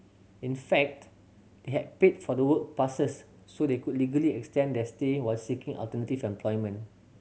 in fact they had paid for the work passes so they could legally extend their stay while seeking alternative employment